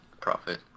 profit